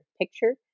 picture